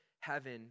heaven